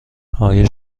آیا